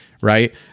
right